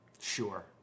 Sure